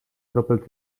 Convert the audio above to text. kropel